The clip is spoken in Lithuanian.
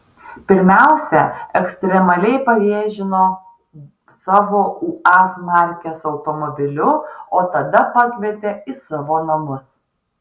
pirmiausia ekstremaliai pavėžino savo uaz markės automobiliu o tada pakvietė į savo namus